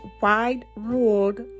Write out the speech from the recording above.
wide-ruled